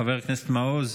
חבר הכנסת מעוז,